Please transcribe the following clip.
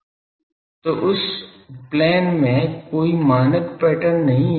तो उस प्लेन में कोई मानक पैटर्न नहीं है